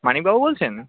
মানিকবাবু বলছেন